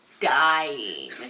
dying